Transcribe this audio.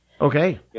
Okay